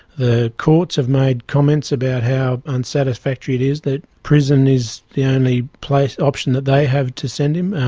the courts have made comments about how unsatisfactory it is that prison is the only place, option that they have to send him,